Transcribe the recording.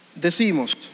Decimos